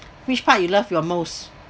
which part you love your most